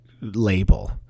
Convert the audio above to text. label